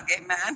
amen